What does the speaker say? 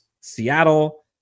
Seattle